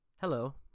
Hello